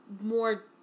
more